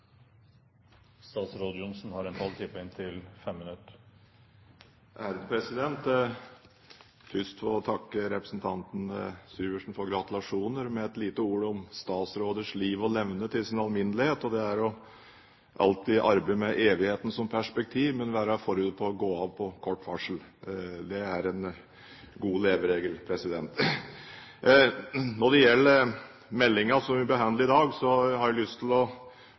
først få takke representanten Syversen for gratulasjoner med et lite ord om statsråders liv og levnet i sin alminnelighet. Det er å alltid arbeide med evigheten som perspektiv, men være forberedt på å gå av på kort varsel. Det er en god leveregel. Når det gjelder meldingen som vi behandler i dag, har jeg lyst til å